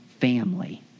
family